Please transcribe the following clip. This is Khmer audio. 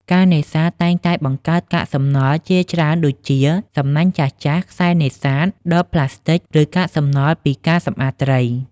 ការនេសាទតែងតែបង្កើតកាកសំណល់ជាច្រើនដូចជា សំណាញ់ចាស់ៗ ខ្សែនេសាទ ដបប្លាស្ទិក ឬកាកសំណល់ពីការសម្អាតត្រី។